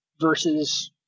versus